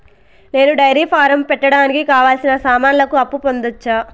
నేను dairy farm పెట్టడానికి కావాల్సిన సామాన్లకు అప్పు పొందొచ్చా?